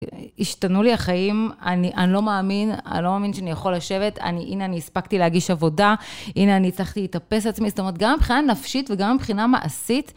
השתנו לי החיים, אני לא מאמין, אני לא מאמין שאני יכול לשבת, הנה אני הספקתי להגיש עבודה, הנה אני הצלחתי להתאפס עצמי, זאת אומרת, גם מבחינה נפשית וגם מבחינה מעשית.